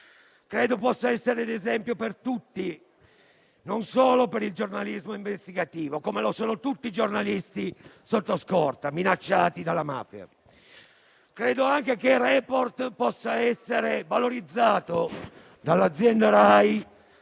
Credo che possa essere di esempio per tutti e non solo per il giornalismo investigativo, così come lo sono tutti i giornalisti sotto scorta minacciati dalla mafia. Credo anche che «Report» possa essere valorizzato dall'azienda RAI